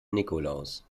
nikolaus